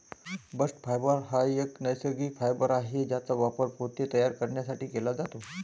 bast fibre एक नैसर्गिक fibre आहे ज्याचा वापर पोते तयार करण्यासाठी केला जातो